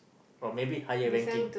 or maybe higher ranking